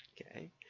okay